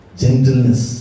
gentleness